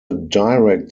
direct